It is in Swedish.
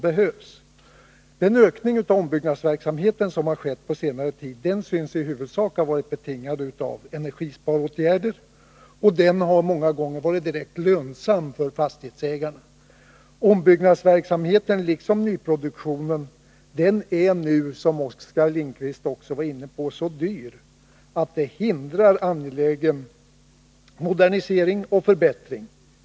Den ökning av ombyggnadsverksamheten som skett på senare tid syns i huvudsak ha varit betingad av energisparåtgärder. Den har många gånger varit direkt lönsam för fastighetsägarna. Ombyggnadsverksamheten liksom nyproduktionen är, som också Oskar Lindkvist var inne på, nu så dyr att angelägen modernisering och förbättring hindras.